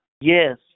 Yes